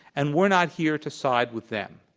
and we're not here to side with them.